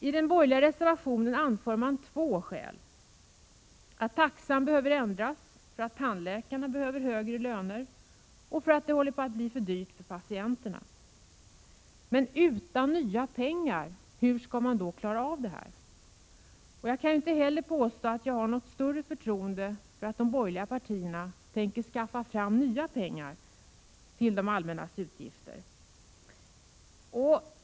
I den borgerliga reservationen anför man två skäl till att taxan behöver ändras, dels därför att tandläkarna behöver högre löner, dels därför att det börjar bli för dyrt för patienterna att gå till tandläkaren. Men hur skall man klara av detta utan nya pengar? Jag kan inte heller påstå att jag har något större förtroende för de borgerliga partierna när det gäller att skaffa fram nya pengar till det allmännas utgifter.